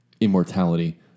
immortality